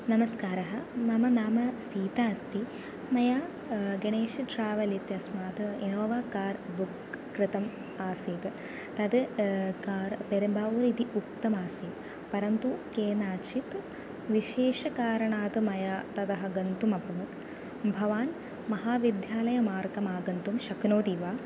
नमस्कारः मम नाम सीता अस्ति मया गणेशः ट्रावेल् इत्यस्मात् इनोवा कार् बुक् कृतम् आसीत् तद् कार् पेरम्बावूर् इति उक्तमासीत् परन्तु केनचित् विशेषकारणात् मया ततः गन्तुमभवत् भवान् महाविद्यालयमार्गमागन्तुं शक्नोति वा